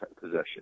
possession